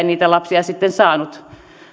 niitä lapsia saanut